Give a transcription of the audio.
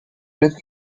lives